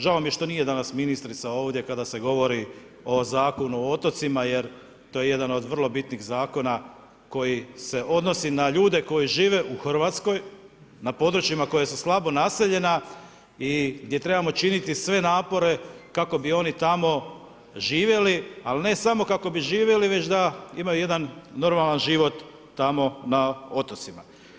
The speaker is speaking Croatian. Žao mi je što nije danas ministrica ovdje kada se govori o Zakonu o otocima jer to je jedan od vrlo bitnih Zakona koji se odnosi na ljude koji žive u RH na područjima koja su slabo naseljena i gdje trebamo činiti sve napore kako bi oni tamo živjeli, ali ne samo kako bi živjeli već da imaju jedan normalan život tamo na otocima.